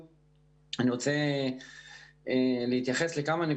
בזמן הסלמה,